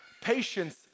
Patience